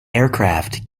aircraft